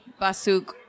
basuk